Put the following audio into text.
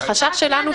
החשש שלנו,